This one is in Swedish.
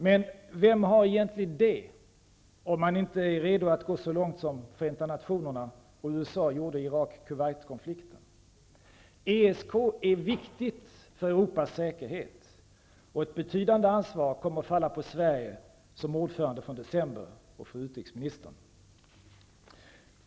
Men vem har egentligen det, om man inte är redo att gå så långt som Förenta nationerna och USA gjorde i Irak--Kuwait-konflikten. ESK är viktigt för Europas säkerhet, och ett betydande ansvar kommer att falla på Sverige, som ordförande från december, och fru utrikesministern.